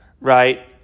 right